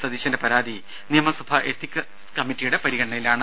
സതീശന്റെ പരാതി നിയമസഭാ എത്തിക്സ് കമ്മറ്റിയുടെ പരിഗണനയിലാണ്